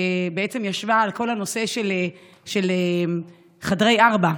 שישבה על כל הנושא של חדרי 4,